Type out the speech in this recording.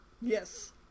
Yes